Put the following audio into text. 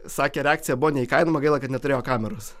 sakė reakcija buvo neįkainoma gaila kad neturėjo kameros